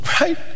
right